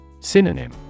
Synonym